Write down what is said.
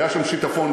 היה שם שיטפון.